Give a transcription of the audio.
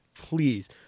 please